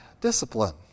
discipline